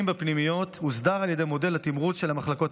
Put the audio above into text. בפנימיות הוסדר על ידי מודל התמרוץ של המחלקות.